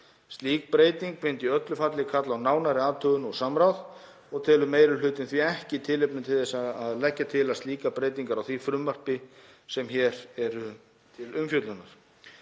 Slík breyting myndi í öllu falli kalla á nánari athugun og samráð og telur meiri hlutinn því ekki tilefni til að leggja til slíkar breytingar á því frumvarpi sem hér er til umfjöllunar.